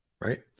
right